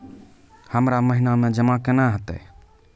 हमरा महिना मे जमा केना हेतै?